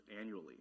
annually